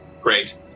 Great